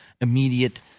immediate